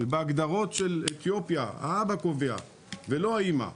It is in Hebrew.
בהגדרות של אתיופיה האבא קובע ולא האימא.